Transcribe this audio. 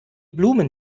blumen